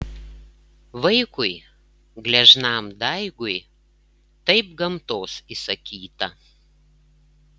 vaikui gležnam daigui taip gamtos įsakyta